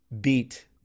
beat